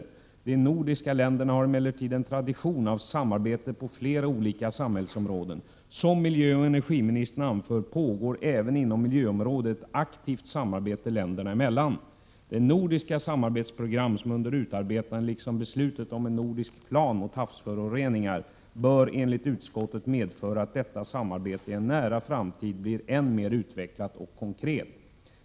De nordiska länderna har emellertid en tradition av samarbete på flera olika samhällsområden. Som miljöoch energiministern anför pågår även inom miljöområdet ett aktivt samarbete länderna emellan. Det nordiska samarbetsprogram som är under utarbetande liksom beslutet om en nordisk plan mot havsföroreningar bör enligt utskottet medföra att detta samarbete i en nära framtid blir än mer utvecklat och konkret.